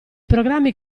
programmi